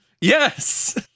Yes